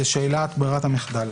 זאת שאלת ברירת המחדל,